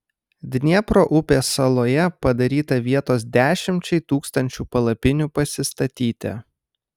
dniepro upės saloje padaryta vietos dešimčiai tūkstančių palapinių pasistatyti